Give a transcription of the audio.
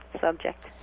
subject